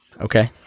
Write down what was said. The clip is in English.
Okay